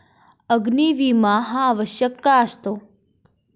अग्नी विमा हा आवश्यक असतो का?